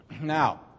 Now